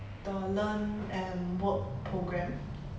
the learn and work programme